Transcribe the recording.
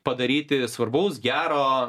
padaryti svarbaus gero